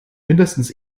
mindestens